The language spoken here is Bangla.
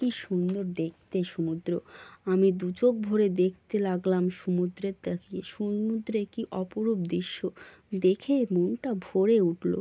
কী সুন্দর দেখতে সমুদ্র আমি দু চোখ ভরে দেখতে লাগলাম সমুদ্রে তাকিয়ে সমুদ্রে কী অপরূপ দৃশ্য দেখে মনটা ভরে উঠল